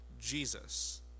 Jesus